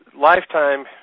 Lifetime